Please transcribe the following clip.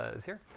is here.